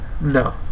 no